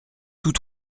tout